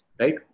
Right